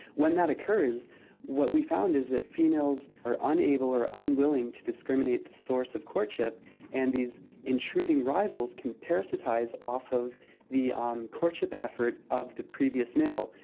when that occurs what we found is that females are unable to or unwilling to discriminate the source of courtship and these intruding rivals can parasitise off of the um courtship effort of the previous male,